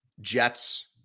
Jets